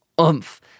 oomph